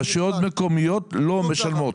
רשויות מקומיות לא משלמות.